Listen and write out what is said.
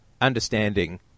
understanding